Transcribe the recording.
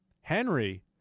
Henry